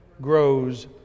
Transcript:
Grows